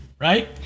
right